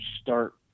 start